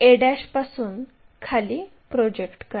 त्याचप्रमाणे बिंदू p